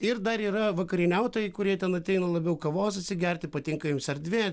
ir dar yra vakarieniautojai kurie ten ateina labiau kavos atsigerti patinka jums erdvė